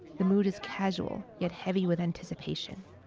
the mood is casual, yet heavy with anticipation.